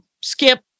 skip